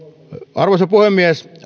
arvoisa puhemies